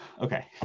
Okay